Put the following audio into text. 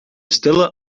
stille